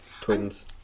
twins